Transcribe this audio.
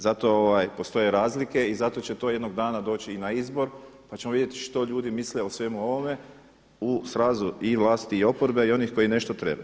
Zato postoje razlike i zato će to jednog dana doći i na izbor pa ćemo vidjeti što ljudi misle o svemu ovome u srazu i vlasti i oporbe i onih koji nešto trebaju.